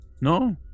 No